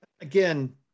Again